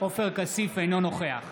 אינו נוכח